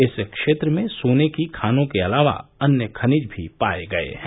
इस क्षेत्र में सोने की खानों के अलावा अन्य खनिज भी पाए गए हैं